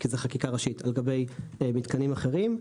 כי זה חקיקה ראשית מתקנים אחרים.